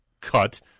cut